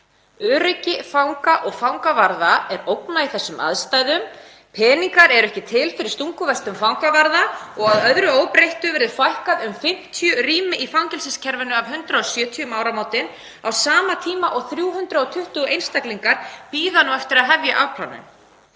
Öryggi fanga og fangavarða er ógnað í þessum aðstæðum. Peningar eru ekki til fyrir stunguvestum fangavarða og að öðru óbreyttu fækkar um 50 rými í fangelsiskerfinu af 170 um áramótin á sama tíma og 320 einstaklingar bíða nú eftir að hefja afplánun.